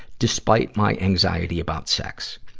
despite my anxiety about sex.